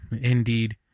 Indeed